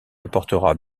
apportera